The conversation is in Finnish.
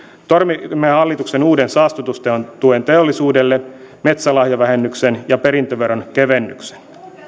torjumme hallituksen uuden saastutustuen teollisuudelle metsälahjavähennyksen ja perintöveron kevennyksen